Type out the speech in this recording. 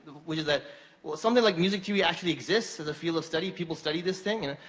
which is that something like music theory actually exists as a field of study? people study this thing?